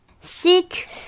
Sick